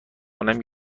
کنم